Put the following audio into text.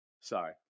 sorry